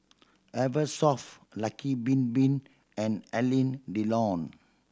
Eversoft Lucky Bin Bin and Alain Delon